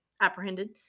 apprehended